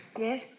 Yes